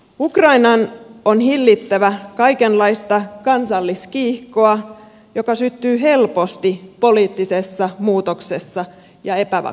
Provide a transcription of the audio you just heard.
ukrainan on hillittävä kaikenlaista kansalliskiihkoa joka syttyy helposti poliittisessa muutoksessa ja epävakaudessa